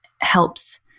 helps